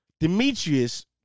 Demetrius